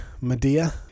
Medea